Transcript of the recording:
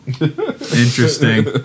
Interesting